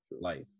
life